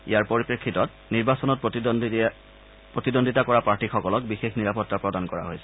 ইয়াৰ পৰিপ্ৰেক্ষিতত নিৰ্বাচনত প্ৰতিদ্বন্দ্বিতা কৰা প্ৰাৰ্থীসকলক বিশেষ নিৰাপত্তা প্ৰদান কৰা হৈছে